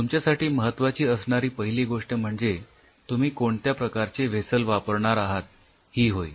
तुमच्यासाठी महत्वाची असणारी पहिली गोष्ट म्हणजे तुम्ही कोणत्या प्रकारचे व्हेसल वापरणार आहेत ही होय